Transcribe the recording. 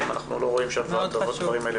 אם אנחנו לא רואים שהדברים מתקדמים.